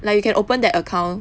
like you can open that account